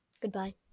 Goodbye